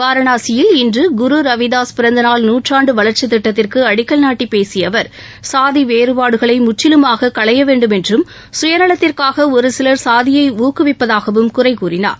வாரணாசியில் இன்று குரு ரவிதாஸ் பிறந்த நாள் நாற்றாண்டு வளர்ச்சித் திட்டத்திற்கு அடிக்கல் நாட்டி பேசிய அவர் சாதி வேறுபாடுகளை முற்றிலுமாக களைய வேண்டும் என்றும் சுயநலத்திற்காக ஒருசிலர் சாதியை ஊக்குவிப்பதாகவும் குறைகூறினார்